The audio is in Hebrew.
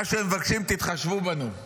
מה שהם מבקשים, תתחשבו בנו,